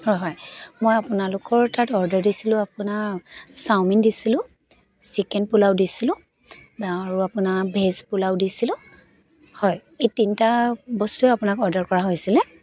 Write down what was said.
হয় হয় মই আপোনালোকৰ তাত অৰ্ডাৰ দিছিলোঁ আপোনাক চাওমিন দিছিলোঁ চিকেন পোলাও দিছিলোঁ আৰু আপোনাৰ ভেজ পোলাওঁ দিছিলোঁ হয় এই তিনিটা বস্তুৱেই আপোনাক অৰ্ডাৰ কৰা হৈছিলে